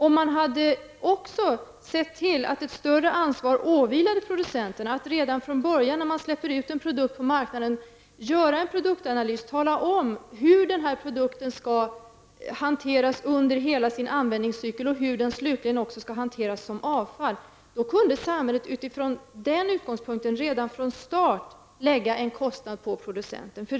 Om man också hade sett till att ett större ansvar åvilade producenterna att redan från början, när en produkt släpps ut på marknaden, göra en produktanalys och tala om hur produkten skall hanteras under hela dess användningscykel och hur den slutligen skall hanteras som avfall, kunde samhället utifrån denna utgångspunkt lägga en kostnad på producenten.